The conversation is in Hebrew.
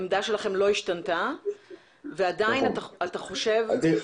העמדה שלכם לא השתנתה ועדיין אתה חושב --- נכון.